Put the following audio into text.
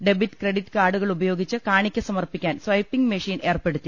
debit credit കാർഡുകൾ ഉപയോഗിച്ച് കാണിക്ക സമർപ്പി ക്കാൻ സ്പൈപ്പിംഗ് മെഷീൻ ഏർപ്പെടുത്തി